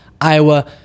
iowa